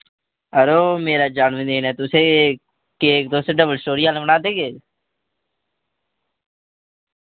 अड़ो मेरा जन्मदिन ऐ तुसें केक तुस डबल स्टोरी आह्ला बना देगे